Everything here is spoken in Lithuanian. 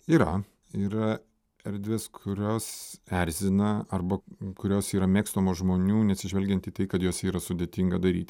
yra yra erdvės kurios erzina arba kurios yra mėgstamos žmonių neatsižvelgiant į tai kad jose yra sudėtinga daryti